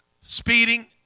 speeding